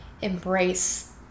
embrace